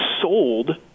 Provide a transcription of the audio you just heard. sold